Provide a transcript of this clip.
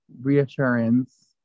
reassurance